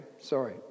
Sorry